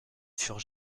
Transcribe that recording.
furent